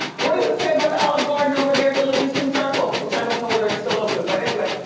what does it say about the olive garden over there at the livingston circle, which i don't know whether it's still open, but anyway,